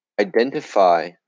identify